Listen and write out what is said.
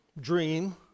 dream